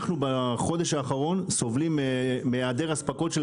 אנחנו בחודש האחרון סובלים מהיעדר אספקות של